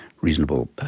reasonable